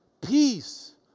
peace